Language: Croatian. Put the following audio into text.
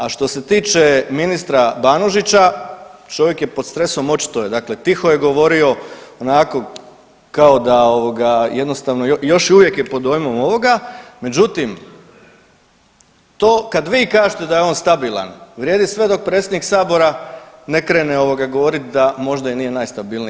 A što se tiče ministra Banožića, čovjek je pod stresom, očito je, dakle tiho je govorio, onako, kao da jednostavno, još uvijek je pod dojmom ovoga, međutim, to kad vi kažete da je on stabilan vrijedi sve dok predsjednik Sabora ne krene govoriti da možda i nije najstabilniji.